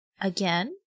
again